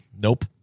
nope